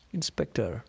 Inspector